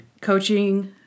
coaching